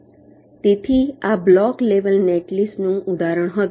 તેથી આ block level નેટલિસ્ટનું ઉદાહરણ હતું